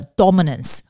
dominance